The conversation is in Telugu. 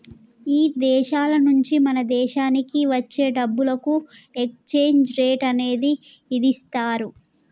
ఇదేశాల నుంచి మన దేశానికి వచ్చే డబ్బులకు ఎక్స్చేంజ్ రేట్ అనేది ఇదిస్తారు